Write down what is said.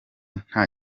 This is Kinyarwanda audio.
nta